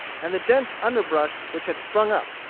and the dense underbrush which had sprung up,